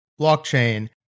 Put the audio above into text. blockchain